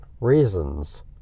reasons